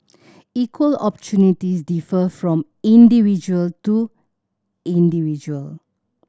equal opportunities differ from individual to individual